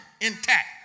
intact